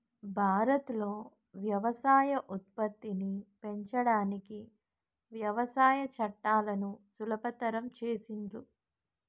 భారత్ లో వ్యవసాయ ఉత్పత్తిని పెంచడానికి వ్యవసాయ చట్టాలను సులభతరం చేసిండ్లు